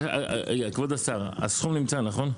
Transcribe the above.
כבוד השר, הסכום נמצא, נכון?